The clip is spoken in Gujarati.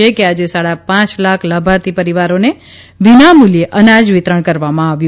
છે કે આજે સાડા પાંચ લાખ લાભાર્થી પરિવારોને વિનામૂલ્યે અનાજ વિતરણ કરવામાં આવ્યું